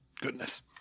goodness